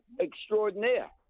extraordinaire